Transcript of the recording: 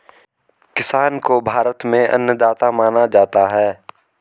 किसान को भारत में अन्नदाता माना जाता है